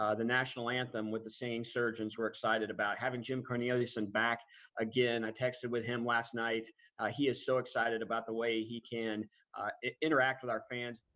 the national anthem with the same surgeons were excited about having jim creation back again i texted with him last night he is so excited about the way he can interact with our fans.